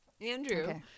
Andrew